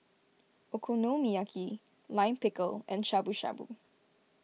Okonomiyaki Lime Pickle and Shabu Shabu